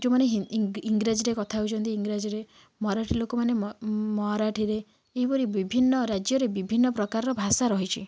ଯେଉଁମାନେ ଇଂରାଜୀରେ କଥା ହେଉଛନ୍ତି ଇଂରାଜୀ ମରାଠୀ ଲୋକମାନେ ମରାଠୀରେ ଏହିପରି ବିଭିନ୍ନ ରାଜ୍ୟରେ ବିଭିନ୍ନ ପ୍ରକାରର ଭାଷା ରହିଛି